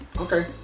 okay